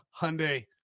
hyundai